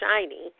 shiny